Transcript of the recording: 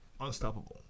unstoppable